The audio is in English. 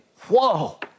whoa